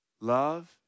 love